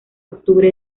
octubre